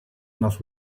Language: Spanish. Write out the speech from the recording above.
nos